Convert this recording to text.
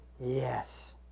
yes